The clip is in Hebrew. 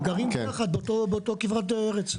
הם גרים יחד באותה כברת ארץ.